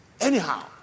anyhow